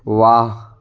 वाह